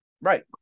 right